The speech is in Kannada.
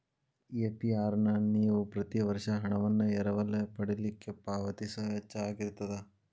ಎ.ಪಿ.ಆರ್ ನ ನೇವ ಪ್ರತಿ ವರ್ಷ ಹಣವನ್ನ ಎರವಲ ಪಡಿಲಿಕ್ಕೆ ಪಾವತಿಸೊ ವೆಚ್ಚಾಅಗಿರ್ತದ